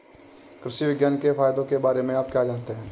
कृषि विज्ञान के फायदों के बारे में आप जानते हैं?